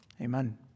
Amen